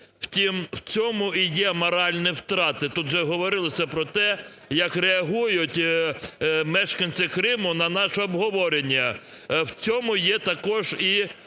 Втім в цьому і є моральні втрати, тут вже говорилось про те, як реагують мешканці Криму на наше обговорення. В цьому є також і